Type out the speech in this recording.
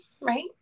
right